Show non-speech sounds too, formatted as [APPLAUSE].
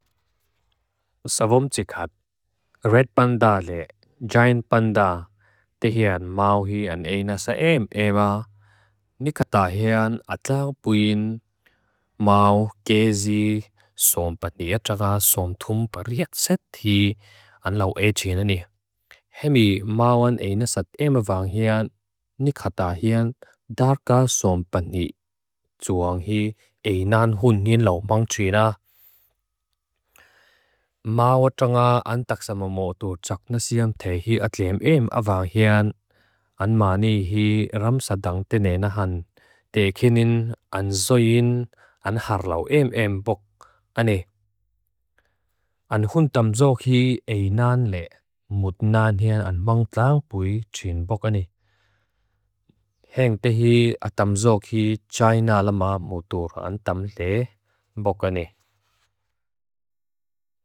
[HESITATION] Savom tikat. [HESITATION] Red panda le. [HESITATION] Giant panda. Tehean mau hi an einasa eem eema. Nikata hean atla bwin. [HESITATION] Mau gezi. Sompani atraga sompthum pariet sethi. An lau ee chinani. Hemi mau an einasat eema vanghean. Nikata hean darga sompani. Tsuang hi einan hun ngin lau mang trina. [HESITATION] [HESITATION] Mau atraga an taksamamotu chaknasiam tehean atleem eem avanghean. [HESITATION] An maani hi ramsadang tene nahan. [HESITATION] Tekenin, an zoyin, an harlau eem eem bok ane. [HESITATION] An hun tamzok hi einan le. Mut nan hean an mang tlang bwin trin bokane. [HESITATION] Heng tehean atamzok hi jaina lama mutur an tam le bokane. [HESITATION]